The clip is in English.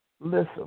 Listen